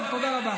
בסדר.